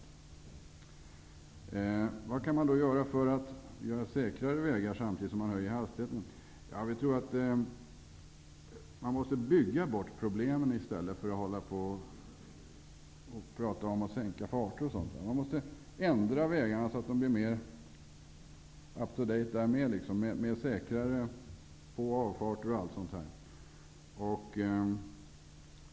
Vad kan man då göra för att få säkrare vägar, samtidigt som man höjer hastigheten? Vi tror att man måste bygga bort problemen i stället för att prata om att sänka farten. Man måste ändra vägarna så att de blir mer up to date, med säkrare på och avfarter och allt sådant där.